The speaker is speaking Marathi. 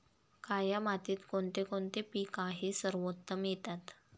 काया मातीत कोणते कोणते पीक आहे सर्वोत्तम येतात?